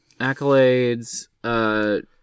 Accolades